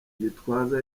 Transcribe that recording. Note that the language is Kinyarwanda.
gitwaza